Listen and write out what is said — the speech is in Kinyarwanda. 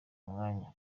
mwanya